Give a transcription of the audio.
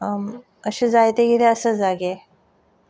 अशें जायते कितें आसा जागे